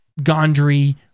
Gondry